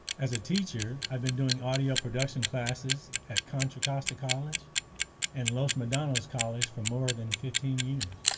as a teacher i've been doing audio production classes at contra costa college and los medanos college for more than fifteen years.